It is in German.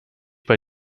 bei